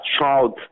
child